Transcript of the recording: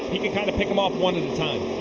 you can kind of pick them off one at a time.